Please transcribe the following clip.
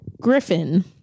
Griffin